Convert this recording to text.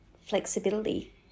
flexibility